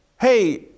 hey